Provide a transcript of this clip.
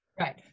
Right